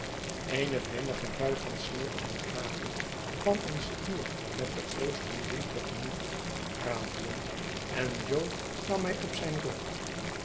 eene vinnige bui van sneeuw en hagel kwam ons hier met den oostenwind te gemoet ratelen en jo nam mij op zijn rug